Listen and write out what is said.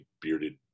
bearded